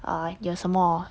uh 有什么